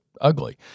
ugly